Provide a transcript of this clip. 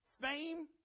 fame